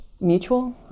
mutual